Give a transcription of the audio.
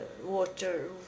water